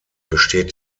besteht